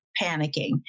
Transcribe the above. panicking